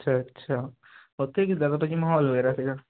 ਅੱਛਾ ਅੱਛਾ ਉੱਥੇ ਕਿੱਦਾਂ ਦਾ ਭਾਅ ਜੀ ਮਾਹੌਲ ਵਗੈਰਾ ਸੀਗਾ